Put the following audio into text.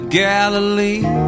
galilee